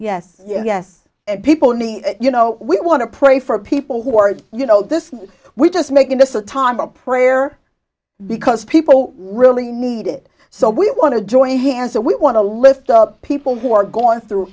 yes yes and people you know we want to pray for people who are you know this we're just making this a time of prayer because people really need it so we want to join hands and we want to lift up people who are going through